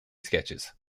sketches